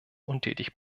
untätig